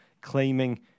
claiming